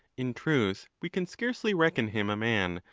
in truth, we can scarcely reckon him a man,